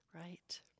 right